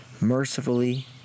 mercifully